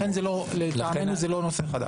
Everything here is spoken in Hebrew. לכן לטעמנו זה לא נושא חדש.